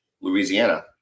Louisiana